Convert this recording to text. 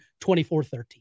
24-13